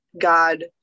God